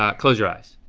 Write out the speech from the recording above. ah close your eyes.